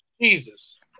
Jesus